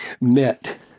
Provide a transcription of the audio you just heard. met